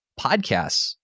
Podcasts